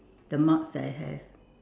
the marks that I have